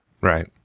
Right